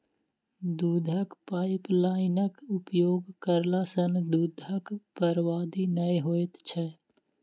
दूधक पाइपलाइनक उपयोग करला सॅ दूधक बर्बादी नै होइत छै